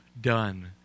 done